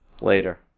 Later